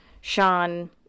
Sean